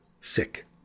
sick